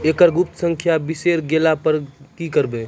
एकरऽ गुप्त संख्या बिसैर गेला पर की करवै?